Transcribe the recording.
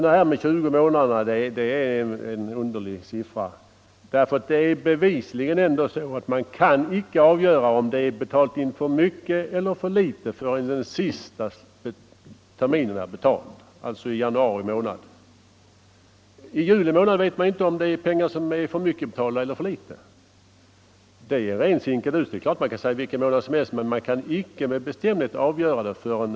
Det är bevisligen så att den som betalar B-skatt inte med bestämdhet kan avgöra om man har betalat in för mycket eller för litet i skatt förrän den sista terminen har gått ut i januari månad. I juli vet man inte om man har betalat för mycket eller för litet — det är fullständigt solklart, för att använda herr Wärnbergs uttryck.